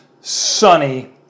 sunny